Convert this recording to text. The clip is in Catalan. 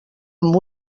amb